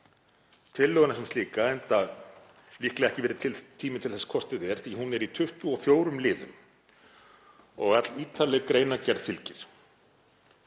tillöguna sem slíka enda líklega ekki verið tími til þess hvort eð er því hún er í 24 liðum og allítarleg greinargerð fylgir.